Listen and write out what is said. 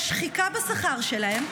יש שחיקה בשכר שלהם,